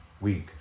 week